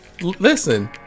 Listen